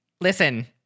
listen-